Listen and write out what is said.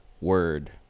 word